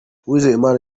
uwizeyimana